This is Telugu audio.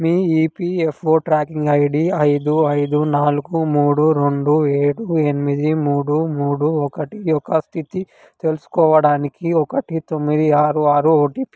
మీ ఈపీఎఫ్ఓ ట్రాకింగ్ ఐడి ఐదు ఐదు నాలుగు మూడు రెండు ఏడు ఎనిమిది మూడు మూడు ఒకటి యొక్క స్థితి తెలుసుకోవడానికి ఒకటి తొమ్మిది ఆరు ఆరు ఓటీపీ